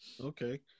Okay